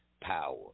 power